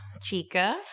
Chica